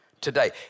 today